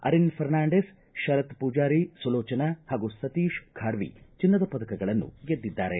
ಅರೆನ್ ಫರ್ನಾಂಡಿಸ್ ಶರತ್ ಪೂಜಾರಿ ಸುಲೋಚನಾ ಹಾಗೂ ಸತೀಶ್ ಖಾರ್ವಿ ಚಿನ್ನದ ಪದಕಗಳನ್ನು ಗೆದ್ದಿದ್ದಾರೆ